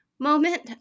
Moment